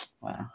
Wow